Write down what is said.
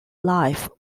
life